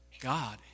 God